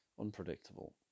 Unpredictable